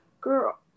girl